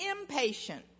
impatient